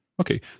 Okay